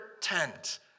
tent